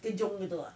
kejung gitu ah